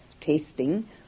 tasting